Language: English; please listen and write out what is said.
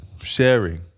sharing